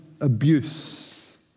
abuse